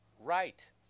right